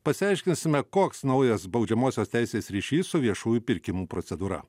pasiaiškinsime koks naujas baudžiamosios teisės ryšys su viešųjų pirkimų procedūra